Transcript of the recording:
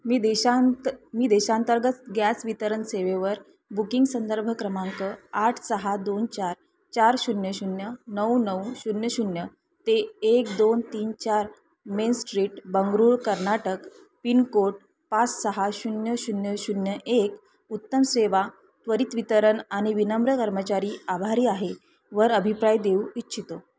मी देशांत मी देशांतर्गत गॅस वितरण सेवेवर बुकिंग संदर्भ क्रमांक आठ सहा दोन चार चार शून्य शून्य नऊ नऊ शून्य शून्य ते एक दोन तीन चार main street Bengaluru Karnataka pin code पाच सहा शून्य शून्य शून्य एक उत्तम सेवा त्वरित वितरण आणि विनम्र कर्मचारी आभारी आहे वर अभिप्रय देऊ इच्छितो